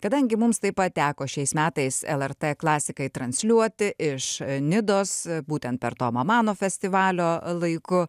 kadangi mums taip pat teko šiais metais lrt klasikai transliuoti iš nidos būtent per tomo mano festivalio laiku